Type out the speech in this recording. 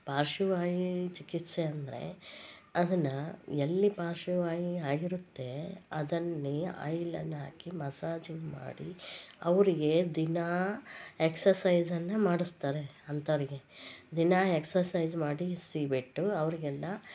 ಪಾರ್ಶ್ವವಾಯು ಚಿಕಿತ್ಸೆ ಅಂದರೆ ಅದನ್ನು ಎಲ್ಲಿ ಪಾರ್ಶ್ವವಾಯು ಆಗಿರುತ್ತೆ ಅದನ್ನೇ ಆಯಿಲನ್ನು ಹಾಕಿ ಮಸಾಜು ಮಾಡಿ ಅವರಿಗೆ ದಿನಾ ಎಕ್ಸಸೈಜನ್ನೆ ಮಾಡಿಸ್ತಾರೆ ಅಂಥವ್ರಿಗೆ ದಿನಾ ಎಕ್ಸಸೈಜ್ ಮಾಡೀಸಿ ಬಿಟ್ಟು ಅವ್ರಿಗೆಲ್ಲಾ